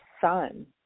son